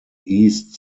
east